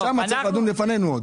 אז שמה צריך לדון לפנינו עוד.